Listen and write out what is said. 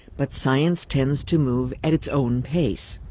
but science tends to move at its own pace.